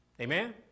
Amen